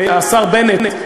השר בנט,